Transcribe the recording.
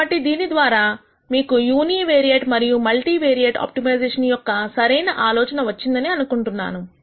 కాబట్టిదీని ద్వారా మీకు యూనివేరియేట్ మరియు మల్టీయూనివేరియేట్ ఆప్టిమైజేషన్ యొక్క సరైన ఆలోచన వచ్చిందని అని అనుకుంటున్నాను